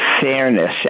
fairness